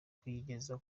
kuyigeza